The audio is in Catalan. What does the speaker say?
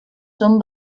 són